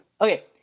Okay